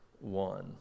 one